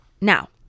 now